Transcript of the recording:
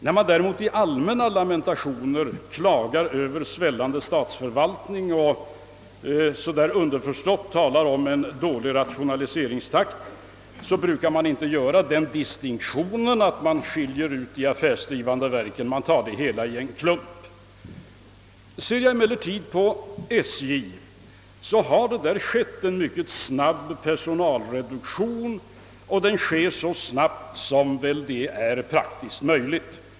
När man däremot i allmänna lamentationer klagar över vår svällande statsförvaltning och underförstått talar om dålig rationaliseringstakt, så brukar man ju inte göra den distinktionen att skilja ut de affärsdrivande verken. Man tar alla i en klump. Om vi ser på SJ, så har det där skett en så snabb personalreduktion som varit praktiskt möjlig.